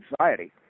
anxiety